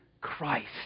Christ